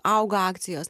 auga akcijos